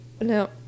no